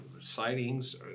sightings